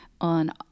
on